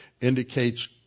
indicates